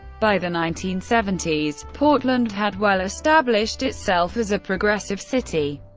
by the nineteen seventy s, portland had well established itself as a progressive city,